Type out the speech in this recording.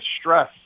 stress